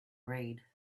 read